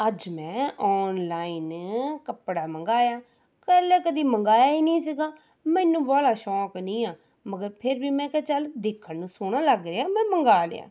ਅੱਜ ਮੈਂ ਔਨਲਾਈਨ ਕੱਪੜਾ ਮੰਗਵਾਇਆ ਪਹਿਲਾਂ ਕਦੀ ਮੰਗਵਾਇਆ ਹੀ ਨਹੀਂ ਸੀਗਾ ਮੈਨੂੰ ਬਾਹਲਾ ਸ਼ੌਕ ਨਹੀਂ ਆ ਮਗਰ ਫਿਰ ਵੀ ਮੈਂ ਕਿਹਾ ਚੱਲ ਦੇਖਣ ਨੂੰ ਸੋਹਣਾ ਲੱਗ ਰਿਹਾ ਮੈਂ ਮੰਗਵਾ ਲਿਆ